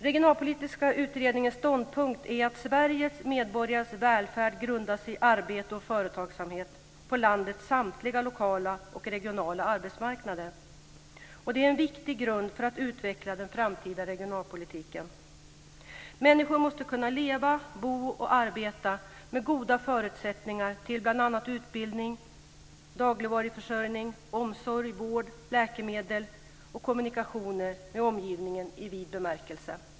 Regionalpolitiska utredningens ståndpunkt är att Sveriges medborgares välfärd grundas i arbete och företagsamhet på landets samtliga lokala och regionala arbetsmarknader. Det är en viktig grund för att utveckla den framtida regionalpolitiken. Människor måste kunna leva, bo och arbeta med goda förutsättningar till bl.a. utbildning, dagligvaruförsörjning, omsorg, vård, läkemedel och kommunikationer med omgivningen i vid bemärkelse.